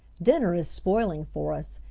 dinner is spoiling for us,